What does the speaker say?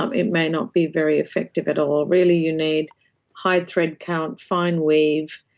um it may not be very effective at all. really you need high thread count, fine weave,